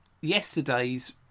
yesterday's